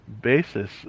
basis